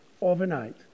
Overnight